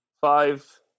five